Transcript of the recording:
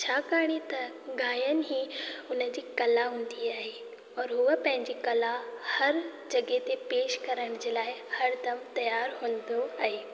छाकाणि त गायन ई उन जी कला हूंदी आहे और हूअ पंहिंजी कला हरु जॻहि ते पेश करण जे लाइ हरदमि तियारु हूंदो आहे